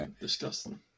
disgusting